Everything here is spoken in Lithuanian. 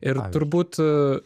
ir turbūt